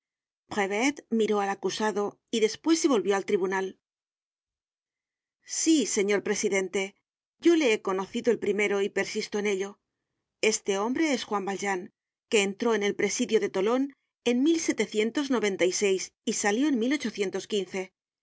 miró al acusado y despues se volvió al tribunal sí señor presidente yole he conocido el primero y persisto en ello este hombre es juan valjean que entró en el presidio de tolon en y salió en yo